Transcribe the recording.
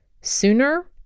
sooner